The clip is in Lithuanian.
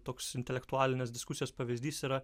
toks intelektualinės diskusijos pavyzdys yra